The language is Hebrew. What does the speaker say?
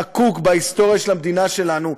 חקוק בהיסטוריה של המדינה שלנו,